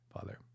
Father